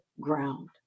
ground